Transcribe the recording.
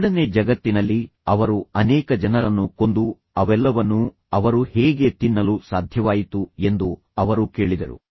ಎರಡನೇ ಜಗತ್ತಿನಲ್ಲಿ ಅವರು ಅನೇಕ ಜನರನ್ನು ಕೊಂದು ಅವೆಲ್ಲವನ್ನೂ ಅವರು ಹೇಗೆ ತಿನ್ನಲು ಸಾಧ್ಯವಾಯಿತು ಎಂದು ಅವರು ಕೇಳಿದರು